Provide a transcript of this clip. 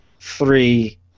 three